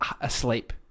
asleep